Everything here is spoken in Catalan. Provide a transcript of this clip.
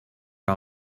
que